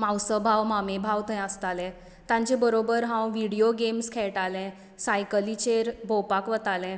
मावसो भाव मामेभाव थंय आसताले तांचे बरोबर हांव विडियो गेम्स खेळटालें सायकलिचेर भोंवपाक वतालें